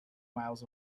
miles